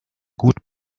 gut